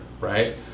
right